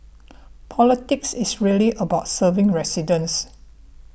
politics is really about serving residents